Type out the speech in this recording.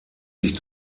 sich